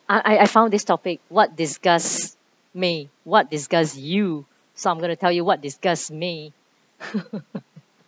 I I found this topic what disgust me what disgust you so I'm going to tell you what disgust me